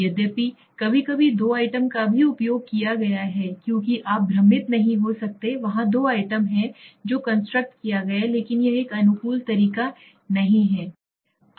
यद्यपि कभी कभी 2 आइटम का भी उपयोग किया गया है क्योंकि आप भ्रमित नहीं हो सकते हैं वहाँ 2 आइटम हैं जो कंस्ट्रक्ट किया गया है लेकिन यह एक अनुकूल तरीका ठीक नहीं है